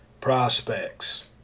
prospects